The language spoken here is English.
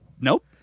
Nope